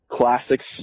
classics